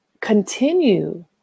continue